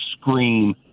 scream